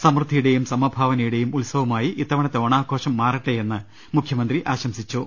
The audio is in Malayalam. സമൃദ്ധിയുടെയും സമഭാവനയുടെയും ഉത്സ വമായി ഇത്തവണത്തെ ഓണാഘോഷം മാറട്ടെയെന്ന് മുഖ്യമന്ത്രി ആശം സിച്ചു